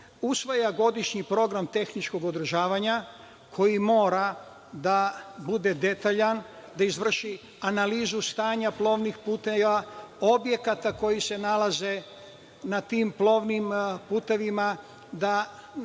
usvaja godišnji program tehničkog održavanja koji mora da bude detaljan, da izvrši analizu stanja plovnih puteva, objekata koji se nalaze na tim plovnim putevima i